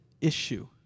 issue